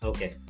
Okay